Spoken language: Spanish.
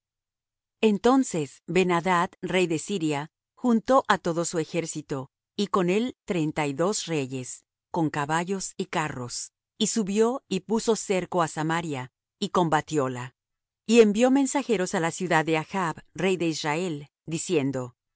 entonces ben adad rey de siria juntó á todo su ejército y con él treinta y dos reyes con caballos y carros y subió y puso cerco á samaria y combatióla y envió mensajeros á la ciudad á achb rey de israel diciendo